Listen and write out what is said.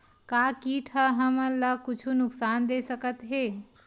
का कीट ह हमन ला कुछु नुकसान दे सकत हे?